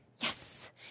Yes